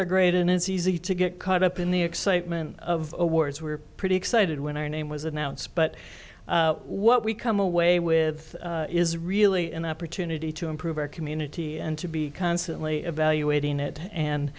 are great and it's easy to get caught up in the excitement of awards we're pretty excited when our name was announced but what we come away with is really an opportunity to improve our community and to be constantly evaluating it and